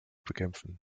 bekämpfen